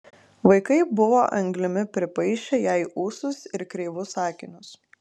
vaikai buvo anglimi pripaišę jai ūsus ir kreivus akinius